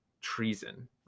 treason